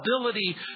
ability